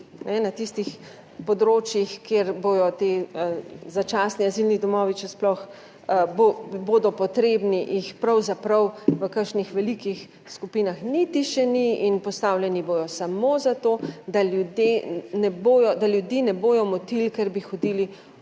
na tistih področjih, kjer bodo ti začasni azilni domovi, če sploh bodo potrebni, jih pravzaprav v kakšnih velikih skupinah niti še ni in postavljeni bodo samo za to, da ljudje ne bodo, da ljudi ne bodo motili,